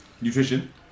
Nutrition